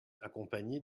accompagner